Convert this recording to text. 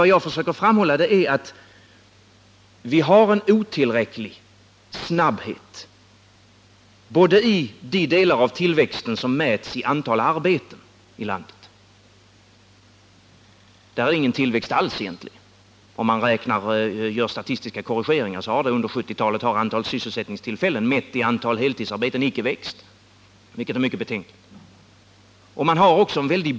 Vad jag försöker framhålla är att man har en otillräcklig takt i tillväxten. Det gäller de delar av tillväxten som mäts i antalet arbeten i landet — där är det ingen tillväxt alls egentligen. Gör man statistiska korrigeringar finner man att antalet sysselsättningstillfällen mätt i antalet heltidsarbeten under 1970-talet icke har ökat, vilket är mycket betänkligt.